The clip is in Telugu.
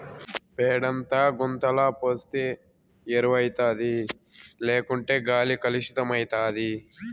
పేడంతా గుంతల పోస్తే ఎరువౌతాది లేకుంటే గాలి కలుసితమైతాది